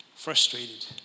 Frustrated